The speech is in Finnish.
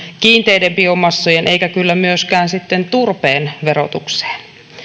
kiinteiden biomassojen eikä kyllä myöskään sitten turpeen verotukseen